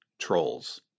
trolls